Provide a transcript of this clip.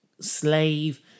slave